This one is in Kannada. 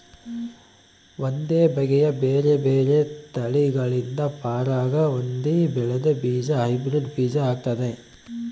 ಒಂದೇ ಬಗೆಯ ಬೇರೆ ಬೇರೆ ತಳಿಗಳಿಂದ ಪರಾಗ ಹೊಂದಿ ಬೆಳೆದ ಬೀಜ ಹೈಬ್ರಿಡ್ ಬೀಜ ಆಗ್ತಾದ